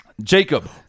Jacob